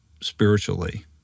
spiritually